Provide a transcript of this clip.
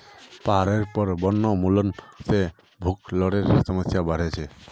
पहाडेर पर वनोन्मूलन से भूस्खलनेर समस्या बढ़े जा छे